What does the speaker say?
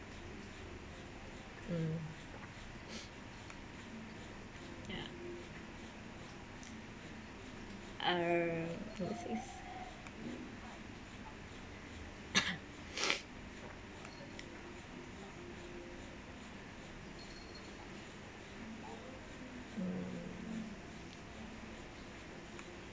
mm ya err mm